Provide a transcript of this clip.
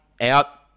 out